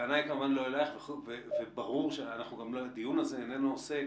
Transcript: הטענה היא כמובן לא אליך וברור שהדיון הזה איננו עוסק